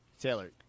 Taylor